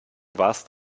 warst